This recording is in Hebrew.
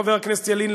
חבר הכנסת ילין,